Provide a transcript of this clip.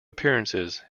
appearances